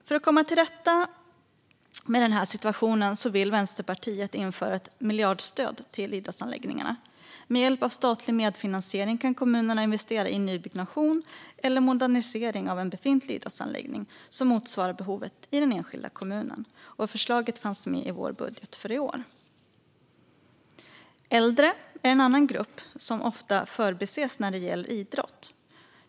För att komma till rätta med den här situationen vill Vänsterpartiet införa ett miljardstöd för idrottsanläggningarna. Med hjälp av statlig medfinansiering kan kommunerna investera i nybyggnation eller modernisering av en befintlig idrottsanläggning som motsvarar behovet i den enskilda kommunen, och förslaget fanns med i vår budget för i år. Äldre är en annan grupp som ofta förbises när det gäller idrott.